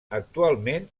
actualment